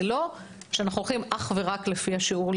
זה לא שאנחנו הולכים אך ורק לפי השיעור לנפש,